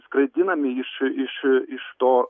skraidinami iš iš iš to